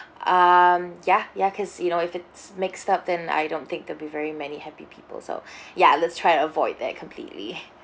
um ya ya because you know if it's mixed up then I don't think they'll be very many happy people so ya let's try to avoid that completely